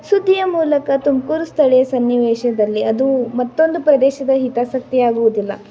ಸುದ್ದಿಯ ಮೂಲಕ ತುಮಕೂರು ಸ್ಥಳೀಯ ಸನ್ನಿವೇಶದಲ್ಲಿ ಅದು ಮತ್ತೊಂದು ಪ್ರದೇಶದ ಹಿತಾಸಕ್ತಿಯಾಗುವುದಿಲ್ಲ